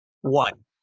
One